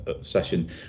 session